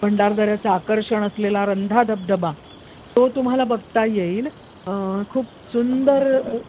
भंडारदऱ्याचं आकर्षण असलेला रंधा धबधबा तो तुम्हाला बघता येईल खूप सुंदर